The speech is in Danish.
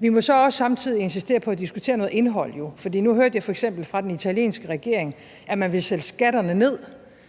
Vi må jo så også samtidig insistere på at diskutere noget indhold, for nu hørte jeg f.eks. fra den italienske regering, at man vil sætte skatterne ned,